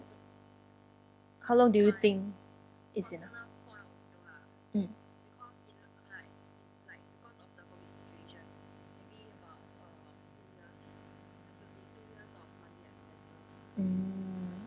how long do you think is enough mm mm